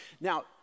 Now